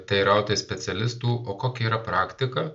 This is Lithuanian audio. teirautis specialistų o kokia yra praktika